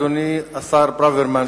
אדוני השר ברוורמן,